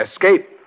Escape